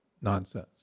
nonsense